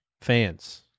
fans